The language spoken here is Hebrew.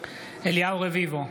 אליהו רביבו,